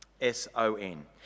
S-O-N